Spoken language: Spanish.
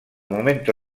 momento